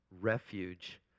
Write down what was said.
refuge